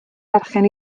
berchen